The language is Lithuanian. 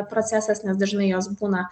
procesas nes dažnai jos būna